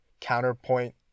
counterpoint